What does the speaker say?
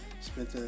spent